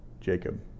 Jacob